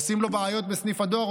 עושים לו בעיות בסניף הדואר,